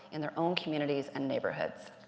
in their own communities and neighborhoods.